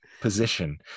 position